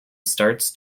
starts